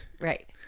Right